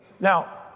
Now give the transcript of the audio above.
now